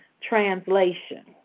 Translation